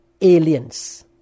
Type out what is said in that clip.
aliens